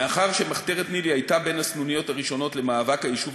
מאחר שמחתרת ניל"י הייתה בין הסנוניות הראשונות למאבק היישוב